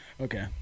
Okay